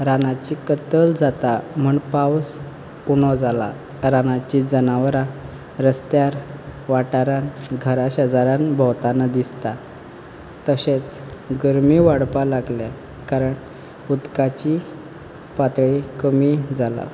रानाची कत्तल जाता म्हण पावस उणो जाला रानांची रस्त्यार वाठारांत घरा शेजारान भोंवताना दिसता तशेंच गरमी वाडपा लागल्या कारण उदकाची पातळी कमी जाल्या